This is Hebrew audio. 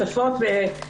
רוב הבנות הורסות את עצמן.